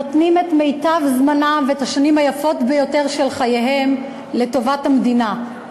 נותנים את מיטב זמנם ואת השנים היפות ביותר בחייהם לטובת המדינה.